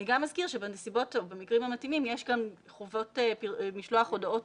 אני גם אזכיר שבמקרים המתאים יש לנו חובת משלוח הודעות